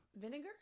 Vinegar